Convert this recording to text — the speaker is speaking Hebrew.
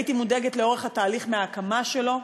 הייתי מודאגת לאורך התהליך מההקמה שלו,